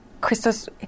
Christos